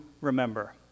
remember